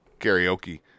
karaoke